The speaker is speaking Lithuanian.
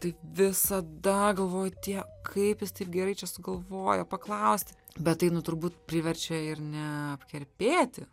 tai visada galvoju tie kaip jis taip gerai čia sugalvojo paklausti bet tai nu turbūt priverčia ir neapkerpėti